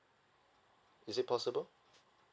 is it possible